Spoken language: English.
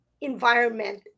environment